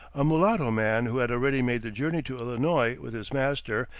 a mulatto man who had already made the journey to illinois with his master,